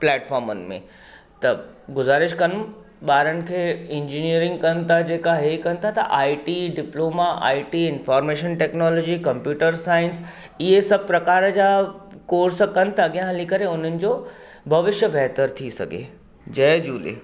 प्लैटफोमनि में त गुज़ारिश कंदुमि ॿारनि खे इंजीनियरिंग कनि था जेका हीअ कनि था I T diploma I T information technology computer science इहे सभु प्रकार जा कोर्स कनि त अॻियां हली करे उननि जो भविष्य बहितर थी सघे जय झूले